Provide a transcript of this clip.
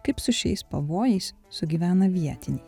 kaip su šiais pavojais sugyvena vietiniai